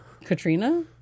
Katrina